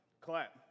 clap